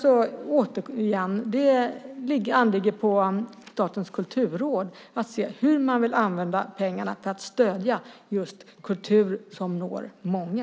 Återigen: Det ankommer på Statens kulturråd att se hur man vill använda pengarna till att stödja just kultur som når många.